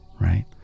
right